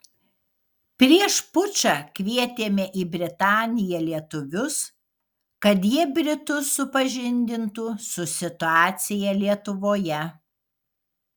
prieš pučą kvietėme į britaniją lietuvius kad jie britus supažindintų su situacija lietuvoje